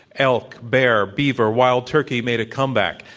elk, bear, beaver, wild turkey made a comeback.